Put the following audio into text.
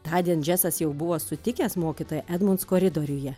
tądien džesas jau buvo sutikęs mokytoją edmunds koridoriuje